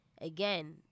again